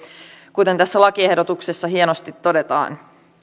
kuten tässä lakiehdotuksessa hienosti todetaan